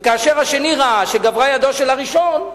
וכאשר השני ראה שגברה ידו של הראשון,